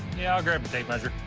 yeah, i'll grab the tape measure.